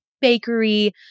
bakery